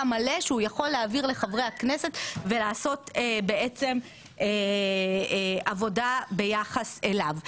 מלא שהוא יכול להעביר לחברי הכנסת ולעשות בעצם עבודה ביחס אליו.